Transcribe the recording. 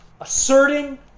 asserting